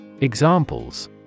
Examples